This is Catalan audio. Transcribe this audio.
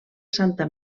santa